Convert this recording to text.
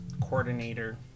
coordinator